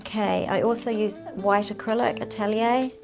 okay, i also use white acrylic atelier,